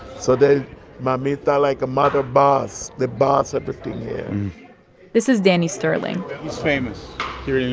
so they mamita like a mother boss. they boss everything here this is danny sterling he's famous here in